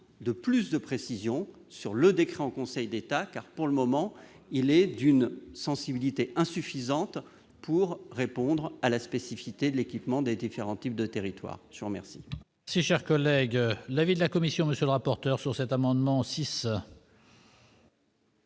de plus de précisions sur le décret en Conseil d'État, car, pour le moment, il nous semble insuffisant pour répondre aux spécificités d'équipement des différents types de territoires. Quel